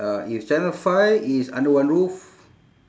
uh if channel five it's under one roof